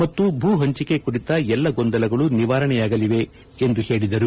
ಮತ್ತು ಭೂ ಹಂಚಿಕೆ ಕುರಿತ ಎಲ್ಲಾ ಗೊಂದಲಗಳು ನಿವಾರಣೆಯಾಗಲಿವೆ ಎಂದು ಹೇಳಿದರು